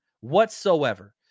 whatsoever